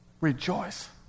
rejoice